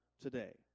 today